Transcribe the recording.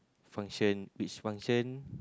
function which function